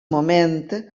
moment